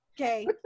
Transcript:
Okay